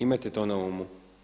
Imajte to na umu.